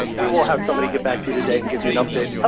ah we will have somebody get back to you today and give you an update. ah